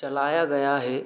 चलाया गया हे